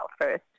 first